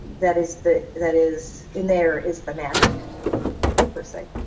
that is the that is in there is the magic per se.